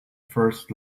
first